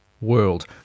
world